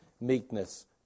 meekness